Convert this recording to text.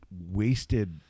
wasted